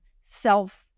self